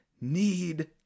need